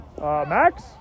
max